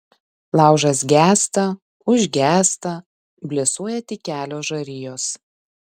laužas gęsta užgęsta blėsuoja tik kelios žarijos